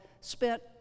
spent